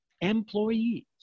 employees